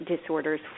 disorders